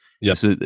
Yes